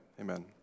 Amen